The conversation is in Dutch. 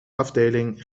afdeling